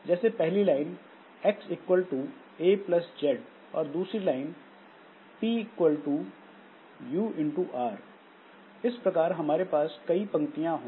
जैसे पहली line x equal to a plus z और दूसरी line p equal to u into r इस प्रकार हमारे पास कई पंक्तियां हो